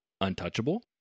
untouchable